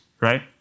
right